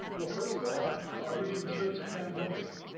well, first of all, are we even sure it's a pandemic?